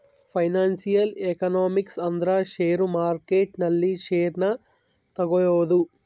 financial economics ಅಂದ್ರ share market ನಲ್ಲಿ share ನ ತಗೋಳೋದು